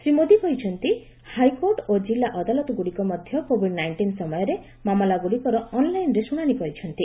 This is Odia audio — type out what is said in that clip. ଶ୍ରୀ ମୋଦୀ କହିଛନ୍ତି ହାଇକୋର୍ଟ ଓ ଜିଲ୍ଲା ଅଦାଲତଗୁଡ଼ିକ ମଧ୍ୟ କୋବିଡ୍ ନାଇଷ୍ଟିନ୍ ସମୟରେ ମାମଲା ଗୁଡ଼ିକର ଅନ୍ଲାଇନ୍ ଶୁଣାଣି କରିଛନ୍ତି